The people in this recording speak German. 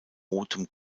rotem